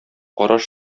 караш